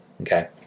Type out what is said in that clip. Okay